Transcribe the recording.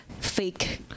Fake